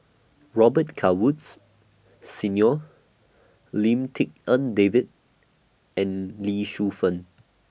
Robet Carr Woods Senior Lim Tik En David and Lee Shu Fen